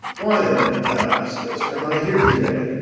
why then, thou askest, am i here today?